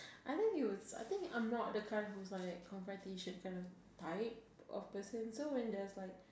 I think you I think I'm not the kind who's like confrontation for the type of person so when there's like